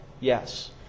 Yes